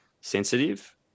sensitive